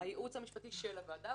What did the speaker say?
המשפטי של הוועדה,